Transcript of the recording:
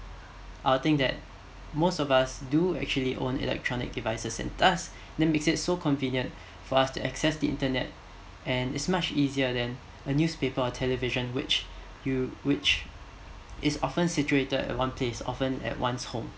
I'll think that most of do actually own electronic devices and thus that make it so convenient for us to access the internet and is much easier than a newspaper and television which you which is often situated at one place often at one's home